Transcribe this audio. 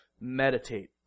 meditate